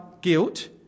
guilt